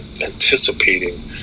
anticipating